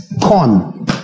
Corn